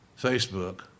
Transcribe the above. Facebook